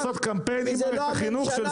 זה לא הממשלה?